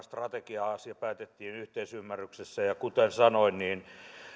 strategia asia päätettiin yhteisymmärryksessä ja kuten sanoin